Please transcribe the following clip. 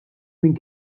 minn